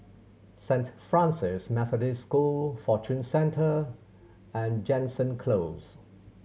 Saint Francis Methodist School Fortune Centre and Jansen Close